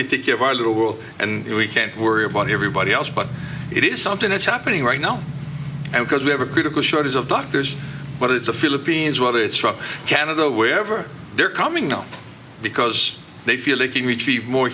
get to give our little world and we can't worry about everybody else but it is something that's happening right now because we have a critical shortage of doctors but it's a philippines what it struck canada wherever they're coming up because they feel they can retrieve more